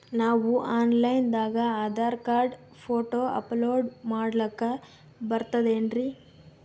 ನಾವು online ದಾಗ Aadhaar card, photo upload ಮಾಡ್ಲಕ ಬರ್ತದೇನ್ರಿ?